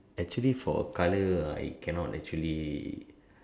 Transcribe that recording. actually for colour uh I cannot actually